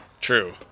true